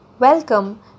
Welcome